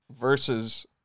versus